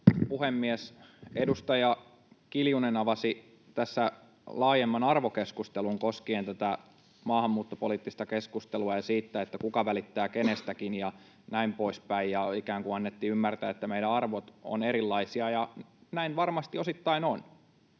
puhemies! Edustaja Kiljunen avasi tässä laajemman arvokeskustelun koskien tätä maahanmuuttopoliittista keskustelua ja sitä, kuka välittää kenestäkin ja näin poispäin. Ikään kuin annettiin ymmärtää, että meidän arvomme ovat erilaisia, ja näin varmasti osittain on.